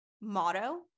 motto